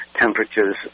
temperatures